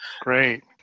Great